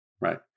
right